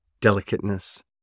delicateness